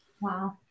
Wow